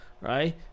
right